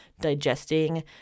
digesting